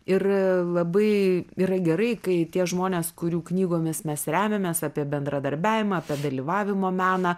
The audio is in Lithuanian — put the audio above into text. ir labai yra gerai kai tie žmonės kurių knygomis mes remiamės apie bendradarbiavimą apie dalyvavimo meną